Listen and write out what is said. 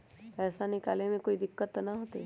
पैसा निकाले में कोई दिक्कत त न होतई?